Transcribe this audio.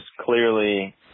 clearly